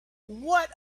what